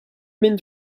been